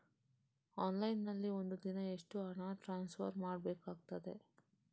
Online ನಲ್ಲಿ ಒಂದು ದಿನ ಎಷ್ಟು ಹಣ ಟ್ರಾನ್ಸ್ಫರ್ ಮಾಡ್ಲಿಕ್ಕಾಗ್ತದೆ?